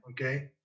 Okay